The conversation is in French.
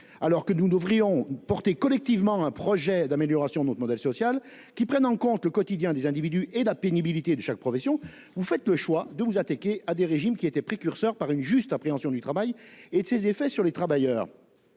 Alors que nous devrions défendre collectivement un projet d'amélioration de notre modèle social qui prenne en compte le quotidien des individus et la pénibilité de chaque profession, vous faites le choix de vous attaquer à des régimes qui étaient précurseurs par une juste appréhension du travail et de ses effets sur les travailleurs.